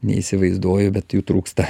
neįsivaizduoju bet jų trūksta